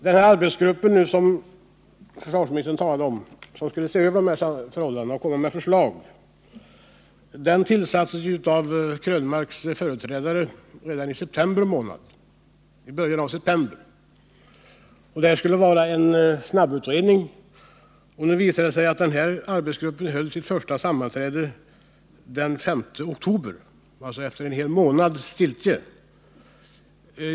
Den arbetsgrupp som försvarsministern talar om och som skulle se över förhållandena och framlägga förslag tillsattes ju av Eric Krönmarks företrädare redan i början av september månad. Man skulle göra en snabbutredning. Nu har det visat sig att denna arbetsgrupp höll sitt första sammanträde den 5 oktober, alltså efter en hel månads stiltje.